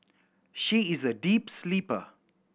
she is a deep sleeper